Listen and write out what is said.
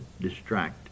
distract